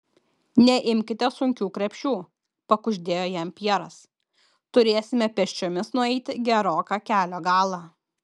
neimkite sunkių krepšių pakuždėjo jam pjeras turėsime pėsčiomis nueiti geroką kelio galą